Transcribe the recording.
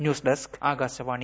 news desk Akashvani